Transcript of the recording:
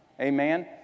amen